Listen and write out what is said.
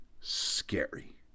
scary